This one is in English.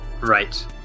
Right